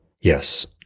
Yes